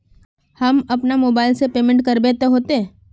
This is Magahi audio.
हम अपना मोबाईल से पेमेंट करबे ते होते?